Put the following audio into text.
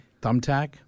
Thumbtack